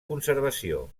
conservació